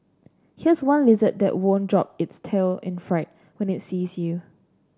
here's one lizard that won't drop its tail in fright when it sees you